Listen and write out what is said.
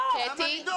למה לדאוג?